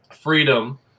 freedom